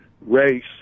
race